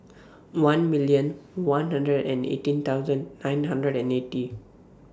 one million one hundred and eighteen thousand nine hundred and eighty